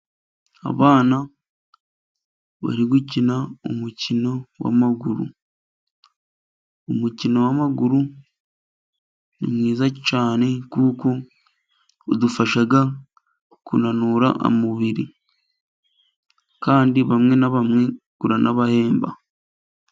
Abana bari gukina umukino w'amaguru. Umukino w'amaguru ni mwiza cyane, kuko udufasha kunanura umubiri, kandi bamwe na bamwe uranabahemba.